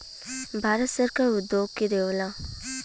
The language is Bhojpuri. भारत सरकार उद्योग के देवऽला